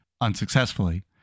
unsuccessfully